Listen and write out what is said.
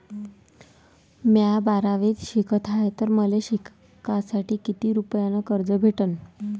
म्या बारावीत शिकत हाय तर मले शिकासाठी किती रुपयान कर्ज भेटन?